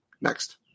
Next